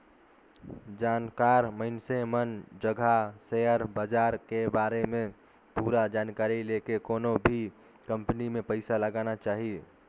जानकार मइनसे मन जघा सेयर बाजार के बारे में पूरा जानकारी लेके कोनो भी कंपनी मे पइसा लगाना चाही